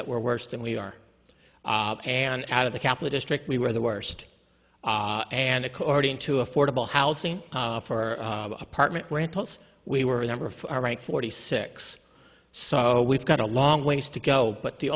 that were worse than we are and out of the capital strict we were the worst and according to affordable housing for apartment rentals we were number of all right forty six so we've got a long ways to go but the